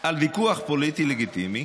על ויכוח פוליטי לגיטימי,